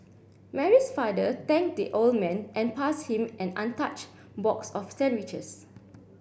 Mary's father thanked the old man and passed him an untouched box of sandwiches